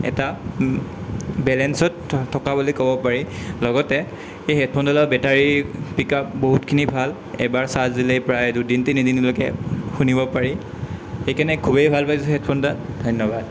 এটা বেলেঞ্চত থকা বুলি ক'ব পাৰি লগতে এই হেডফোনডালৰ বেটাৰী পিক আপ বহুতখিনি ভাল এবাৰ চাৰ্জ দিলেই প্ৰায় দুদিন তিনিদিনলৈকে শুনিব পাৰি সেইকাৰণে খুবেই ভাল পাইছো হেডফোনডাল ধন্যবাদ